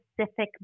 specific